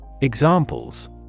Examples